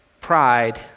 Pride